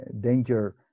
danger